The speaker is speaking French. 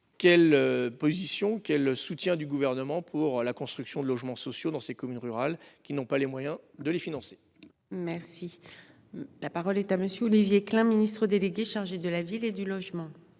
quelle position qu'est le soutien du gouvernement pour la construction de logements sociaux dans ces communes rurales qui n'ont pas les moyens de les financer. Merci. La parole est à monsieur Olivier Klein, Ministre délégué chargé de la ville et du logement.